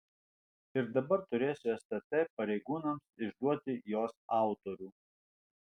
ir dabar turėsiu stt pareigūnams išduoti jos autorių